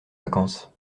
vacances